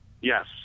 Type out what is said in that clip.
Yes